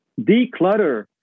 declutter